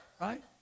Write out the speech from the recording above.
right